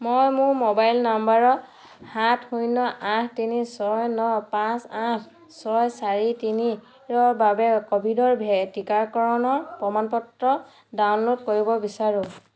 মই মোৰ mobile number সাত শূন্য আঠ তিনি ছয় ন পাঁচ আঠ ছয় চাৰি তিনিৰ বাবে ক'ভিডৰ ভে টিকাকৰণৰ প্ৰমাণ পত্ৰ ডাউনল'ড কৰিব বিচাৰোঁ